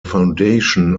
foundation